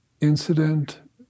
incident